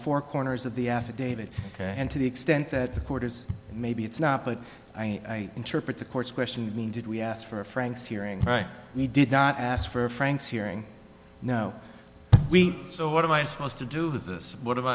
four corners of the affidavit and to the extent that the quarters maybe it's not but i interpret the court's question did we ask for a franks hearing right we did not ask for franks hearing no we so what am i supposed to do this what a